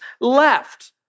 left